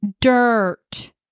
dirt